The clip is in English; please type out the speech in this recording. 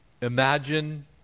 Imagine